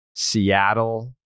Seattle